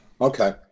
Okay